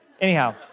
Anyhow